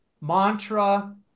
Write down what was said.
mantra